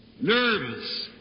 nervous